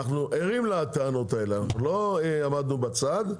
אנחנו ערים לטענות האלה ולא עמדנו בצד,